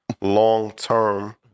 long-term